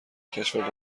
کشف